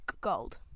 gold